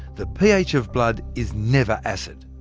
the ph of blood is never acid.